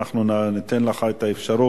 אנחנו ניתן לך את האפשרות